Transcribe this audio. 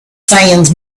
sands